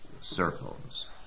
circles